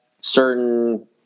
certain